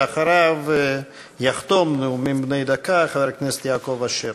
ואחריו יחתום את הנאומים בני הדקה חבר הכנסת יעקב אשר.